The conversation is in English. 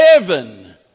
heaven